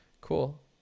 Cool